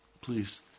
please